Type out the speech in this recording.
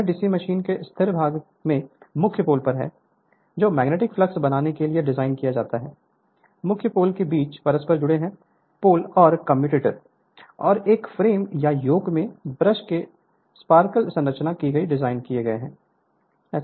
एक DC machine के स्थिर भाग में मुख्य पोल होते हैं जो मैग्नेटिक फ्लक्स बनाने के लिए डिज़ाइन किए जाते हैं मुख्य पोल्स के बीच परस्पर जुड़े हुए पोल और कम्यूटेटर और एक फ्रेम या योक में ब्रश के स्पार्कल संचालन के लिए डिज़ाइन किए गए पोल होते हैं